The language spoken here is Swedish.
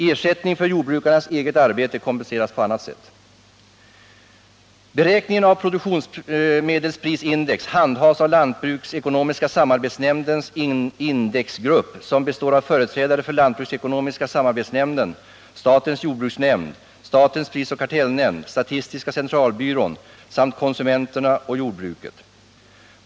Ersättning för jordbrukarnas eget arbete kompenseras på annat sätt. Beräkningen av produktionsmedelsprisindex handhas av lantbruksekonomiska samarbetsnämndens indexgrupp som består av företrädare för lantbruksekonomiska samarbetsnämnden, statens jordbruksnämnd, statens prisoch kartellnämnd, statistiska centralbyrån samt konsumenterna och jordbruket.